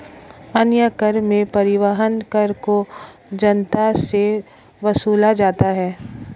अन्य कर में परिवहन कर को जनता से वसूला जाता है